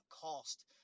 cost